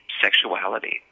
sexuality